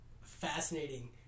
fascinating